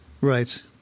Right